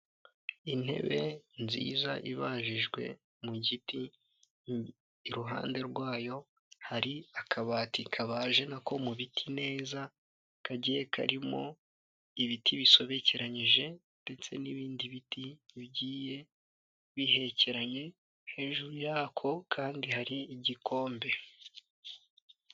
Intebe nziza ibajijwe mu giti, iruhande rwayo hari akabati kabaje nako mu biti neza kagiye karimo ibiti bisobekeranyije ndetse n'ibindi biti bigiye bihekeranye, hejuru yako kandi hari igikombe.